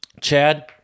chad